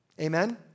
Amen